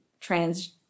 trans